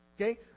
Okay